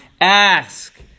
ask